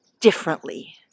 differently